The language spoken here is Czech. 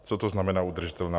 Co to znamená udržitelná?